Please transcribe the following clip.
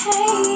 Hey